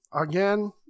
again